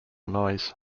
noise